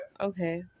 Okay